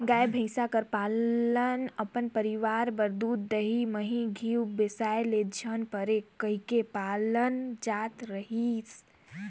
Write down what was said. गाय, भंइस कर पालन अपन परिवार बर दूद, दही, मही, घींव बेसाए ले झिन परे कहिके पालल जात रहिस